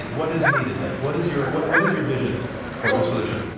what is needed then? what is your what what is your vision for the solution?